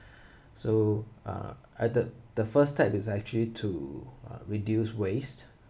so uh at the the first step is actually to uh reduce waste